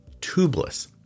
tubeless